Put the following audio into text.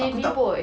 aku tak